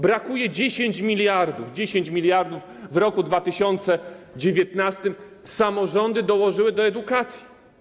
Brakuje 10 mld. 10 mld w roku 2019 samorządy dołożyły do edukacji.